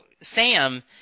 Sam –